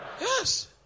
Yes